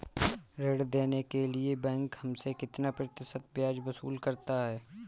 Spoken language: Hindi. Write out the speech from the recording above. ऋण देने के लिए बैंक हमसे कितना प्रतिशत ब्याज वसूल करता है?